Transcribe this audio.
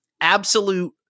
absolute